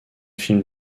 films